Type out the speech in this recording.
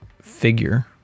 figure